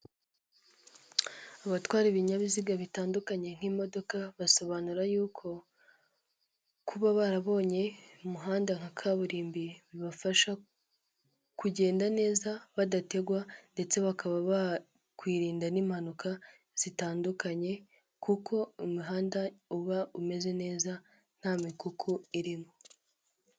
Abatwara ibinyabiziga bitandukanye nk'imodoka, basobanura y'uko kuba barabonye umuhanda nka kaburimbo bibafasha kugenda neza badategwa ndetse bakaba bakwirinda n'impanuka zitandukanye, kuko umuhanda uba umeze neza nta mikuku irimo.